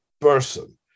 person